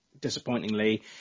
disappointingly